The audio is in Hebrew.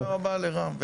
אמרתי תודה רבה לרם.